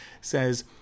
says